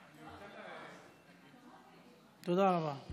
להעביר את הצעת חוק הטיס (תיקון מס' 4), התשפ"ב